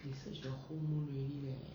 they searched the whole moon already leh